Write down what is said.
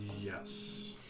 yes